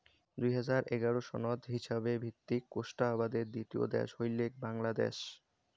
দুই হাজার এগারো সনত হিছাবে ভিত্তিক কোষ্টা আবাদের দ্বিতীয় দ্যাশ হইলেক বাংলাদ্যাশ